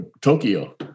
Tokyo